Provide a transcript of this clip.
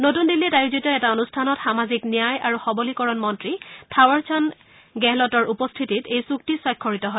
নতুন দিল্লীত আয়োজিত এটা অনুষ্ঠানত সামাজিক ন্যায় আৰু সৱলীকৰণ মন্ত্ৰী থাৱৰ চন্দ গেহলটৰ উপস্থিতিত এই চুক্তি স্বাক্ষৰিত হয়